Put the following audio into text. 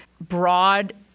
broad